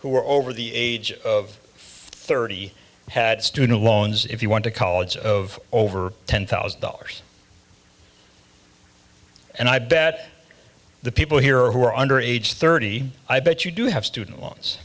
who are over the age of thirty had student loans if you want to college of over ten thousand dollars and i bet the people here who are under age thirty i bet you do have student loans